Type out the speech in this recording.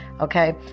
okay